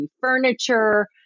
furniture